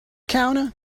counter